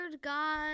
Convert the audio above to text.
God